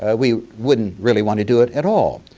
ah we wouldn't really want to do it at all.